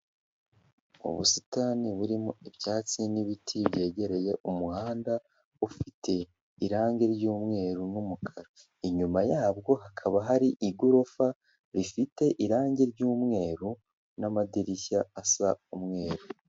Ubusitani burimo ibyatsi n'ibiti byegereye umuhanda ufite irangi, ry'umweru n'umukara inyuma yabwo hakaba hari igorofa rifite irangi ry'umweru n'amadirishya asa umweru.